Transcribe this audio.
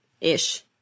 Ish